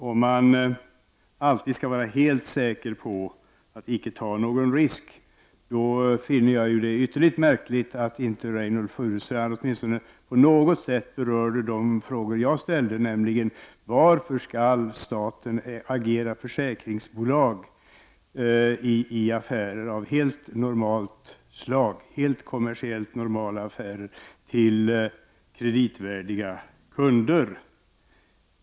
Om man alltid skall vara helt säker på att icke ta någon risk, finner jag det ytterligt märkligt att Reynoldh Furustrand inte på åtminstone något sätt berörde de frågor som jag ställde, nämligen varför staten skall agera försäkringsbolag i kommersiellt helt normala affärer när det gäller kreditvärdiga kunder.